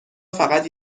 فقط